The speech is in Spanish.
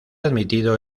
admitido